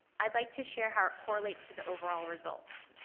i'd like to share how it correlates to the overall results.